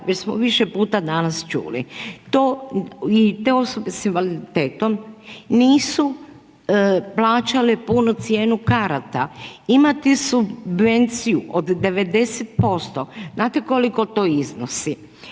više puta danas čuli, to, i te osobe sa invaliditetom nisu plaćale punu cijenu karata. Imate subvenciju od 90%, znate koliko to iznosi?